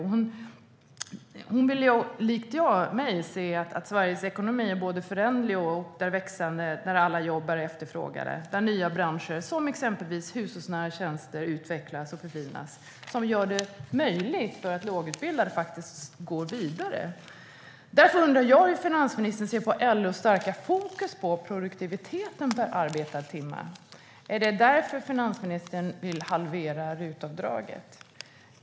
Hon vill likt mig se att Sveriges ekonomi är både föränderlig och växande när alla jobb efterfrågas och nya branscher, exempelvis hushållsnära tjänster, utvecklas och förfinas och gör det möjligt för lågutbildade att gå vidare. Jag undrar hur finansministern ser på LO:s fokus på produktiviteten per arbetad timme. Är det därför finansministern vill halvera RUT-avdraget?